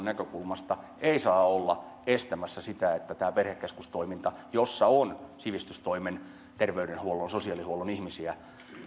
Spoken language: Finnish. näkökulmasta ei saa olla estämässä vaarantaa tätä perhekeskustoimintaa jossa on sivistystoimen terveydenhuollon sosiaalihuollon ihmisiä